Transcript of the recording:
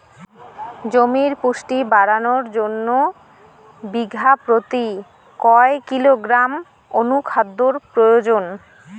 জমির পুষ্টি বাড়ানোর জন্য বিঘা প্রতি কয় কিলোগ্রাম অণু খাদ্যের প্রয়োজন?